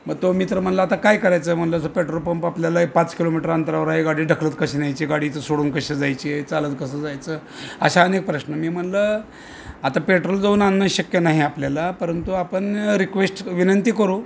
मग तो मित्र म्हणला आता काय करायचं म्हणलं जर पेट्रोल पंप आपल्याला पाच किलोमीटर अंतरावर आहे गाडी ढकलत कशी न्यायची गाडी इथं सोडून कशी जायची आहे चालत कसं जायचं असे अनेक प्रश्न मी म्हणलं आता पेट्रोल जाऊन आणणं शक्य नाही आपल्याला परंतु आपण रिक्वेस्ट विनंती करू